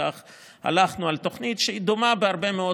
וכך הלכנו על תוכנית שהיא דומה בהרבה מאוד